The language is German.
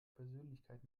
persönlichkeit